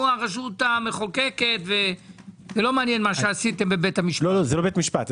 אנחנו הרשות המחוקקת ולא מעניין מה עשיתם בבית המשפט.